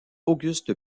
auguste